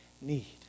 need